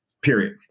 period